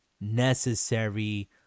necessary